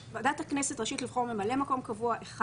הכנסת רשאית לבחור ממלא מקום קבוע אחד